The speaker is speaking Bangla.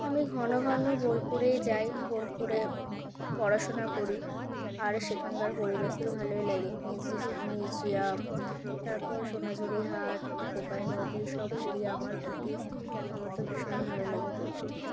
আমি ঘন ঘন বোলপুরে যাই বোলপুরে পড়াশোনা করি আর সেখানকার পরিবেশ তো ভালোই লাগে মিউজিয়াম তারপর সোনাঝুড়ি হাট কোপাই নদী সব ঘুরি আমার কুটীর আমার তো ভীষণ ভালো লাগে বোলপুরটা